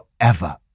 forever